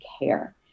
care